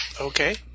Okay